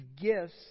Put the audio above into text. gifts